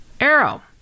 Arrow